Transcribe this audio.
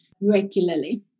regularly